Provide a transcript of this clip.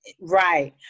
right